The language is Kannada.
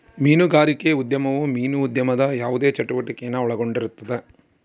ಮೀನುಗಾರಿಕೆ ಉದ್ಯಮವು ಮೀನು ಉದ್ಯಮದ ಯಾವುದೇ ಚಟುವಟಿಕೆನ ಒಳಗೊಂಡಿರುತ್ತದೆ